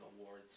awards